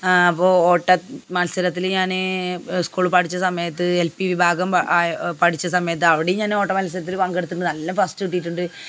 അപ്പം ഓട്ടമത്സരത്തില് ഞാന് സ്കൂളില് പഠിച്ച സമയത്ത് എൽ പി വിഭാഗം പഠിച്ച സമയത്ത് അവിടെയും ഞാൻ ഓട്ട മത്സരത്തിന് പങ്കെടുത്തിട്ടുണ്ട് നല്ല ഫസ്റ്റ് കിട്ടിയിട്ടുണ്ട്